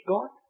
God